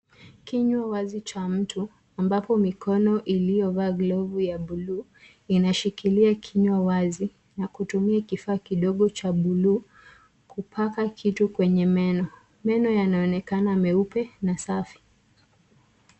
Kinywa wazi cha mtu ambapo mikono iliyovaa glovu ya buluu inashikilia kinywa wazi na kutumia kifaa kidogo cha buluu kupaka kitu kwenye meno. Meno yanaonekana meupe na safi.